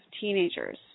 teenagers